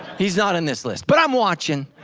he's not in this list, but i'm watching.